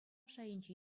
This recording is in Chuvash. шайӗнче